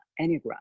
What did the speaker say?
Enneagram